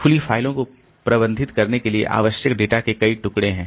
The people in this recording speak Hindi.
खुली फ़ाइलों को प्रबंधित करने के लिए आवश्यक डेटा के कई टुकड़े हैं